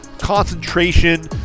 concentration